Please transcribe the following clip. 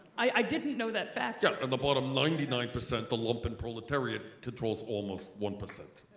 i didn't know that fact. yeah and the bottom ninety nine percent, the lumpen proletariat, controls almost one percent.